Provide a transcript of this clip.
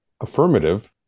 affirmative